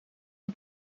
het